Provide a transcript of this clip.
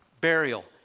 burial